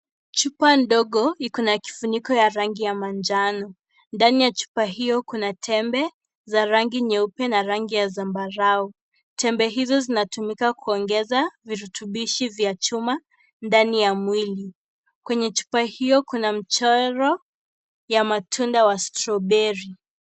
Chupa ndogo iko na kifuniko ya rangi ya manjano. Ndani ya chupa hiyo kuna tembe za rangi nyeupe na rangi ya zambarau. Tembe hizo zinatumika kuongeza virutubishi vya chuma ndani ya mwili. Kwenye chupa hiyo kuna mchoro wa matunda wa strawberry .